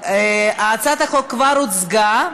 הצעת החוק כבר הוצגה,